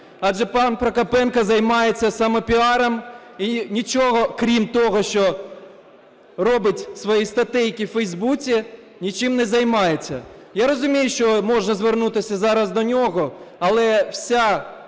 Адже пан Прокопенко займається самопіаром і нічого крім того, що робить свої статейки у Фейсбуці, нічим не займається. Я розумію, що можна звернутися зараз до нього, але вся